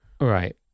Right